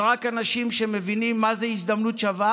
ורק אנשים שמבינים מה זאת הזדמנות שווה